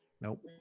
Nope